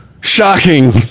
Shocking